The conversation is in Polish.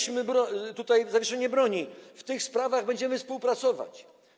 Ogłośmy tutaj zawieszenie broni, w tych sprawach będziemy współpracować.